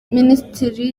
minisitiri